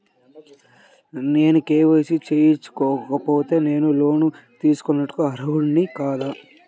నేను కే.వై.సి చేయించుకోకపోతే నేను లోన్ తీసుకొనుటకు అర్హుడని కాదా?